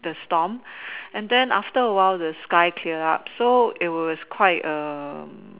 the storm and then after a while the sky cleared up so it was quite A